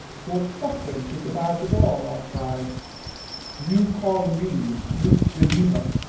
for suff'rance is the badge of all our tribe you call me misbeliever,